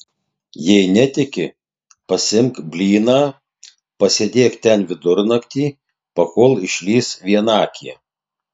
jei netiki pasiimk blyną pasėdėk ten vidurnaktį pakol išlįs vienakė